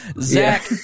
zach